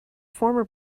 former